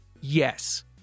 yes